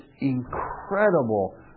incredible